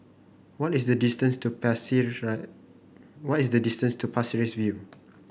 what is the distance to what is the distance to Pasir Ris View